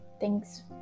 thanks